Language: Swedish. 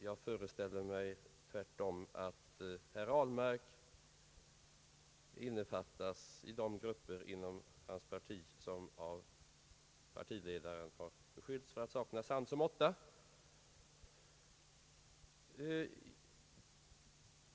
Jag föreställer mig, att herr Ahlmark innefattas i de grupper inom hans parti som av partiledaren har beskyllts för att sakna sans och måtta.